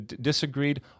disagreed